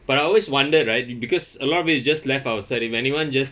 but I always wondered right it because a lot of it it just left outside if anyone just